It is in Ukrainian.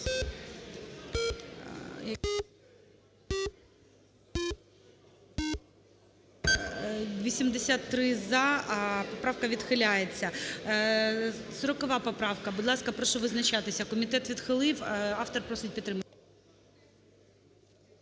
За-83 Поправка відхиляється. 40 поправка. Будь ласка, прошу визначатися. Комітет відхилив, автор просить підтримати.